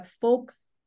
folks